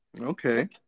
Okay